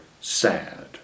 sad